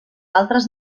altres